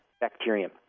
bacterium